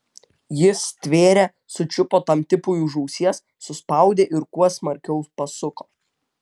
jis stvėrė sučiupo tam tipui už ausies suspaudė ir kuo smarkiau pasuko